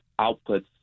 outputs